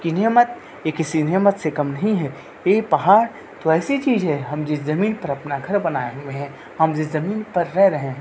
یہ نعمت یہ کسی نعمت سے کم نہیں ہے یہ پہاڑ تو ایسی چیز ہے ہم جس جمین پر اپنا گھر بنائے ہوئے ہیں ہم جس زمین پر رہ رہے ہیں